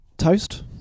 Toast